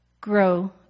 grow